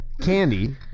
candy